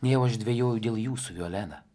nejau aš dvejoju dėl jūsų violena